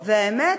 והאמת,